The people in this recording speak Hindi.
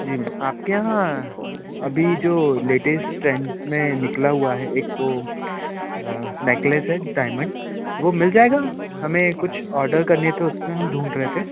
जी मैम आपके यहाँ अभी जो लेटेस्ट ट्रेंड्स में निकला हुआ है एक वो नेकलेस है डाएमंड वो मिल जाएगा हमें कुछ ऑर्डर करने थे उसमें हम ढूंढ रहे थे